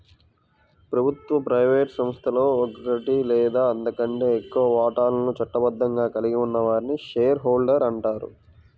ప్రభుత్వ, ప్రైవేట్ సంస్థలో ఒకటి లేదా అంతకంటే ఎక్కువ వాటాలను చట్టబద్ధంగా కలిగి ఉన్న వారిని షేర్ హోల్డర్ అంటారు